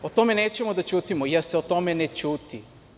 O tome nećemo da ćutimo jer se o tome ne ćuti.